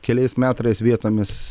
keliais metrais vietomis